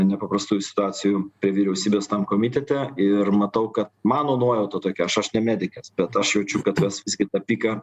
nepaprastųjų situacijų prie vyriausybės tam komitete ir matau kad mano nuojauta tokia aš aš ne medikas bet aš jaučiu kad mes visgi tą piką